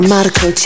Marco